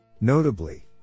Notably